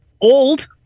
old